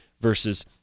versus